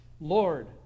Lord